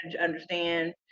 understand